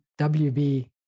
WB